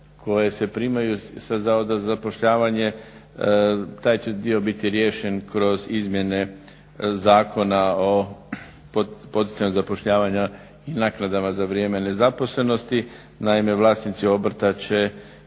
koje se primaju sa Zavoda za zapošljavanje taj će dio biti riješen kroz izmjene Zakona o poticanju zapošljavanja i naknadama za vrijeme nezaposlenosti. Naime, vlasnici obrta će